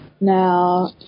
Now